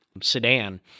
sedan